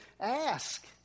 Ask